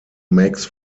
makes